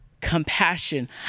compassion